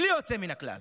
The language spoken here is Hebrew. בלי יוצא מן הכלל.